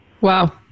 Wow